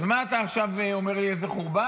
אז מה אתה עכשיו אומר לי איזה חורבן?